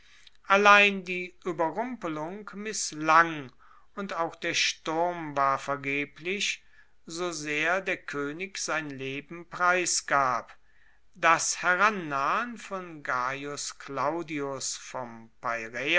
allein die ueberrumpelung misslang und auch der sturm war vergeblich so sehr der koenig sein leben preisgab das herannahen von gaius claudius vom